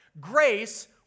grace